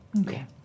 Okay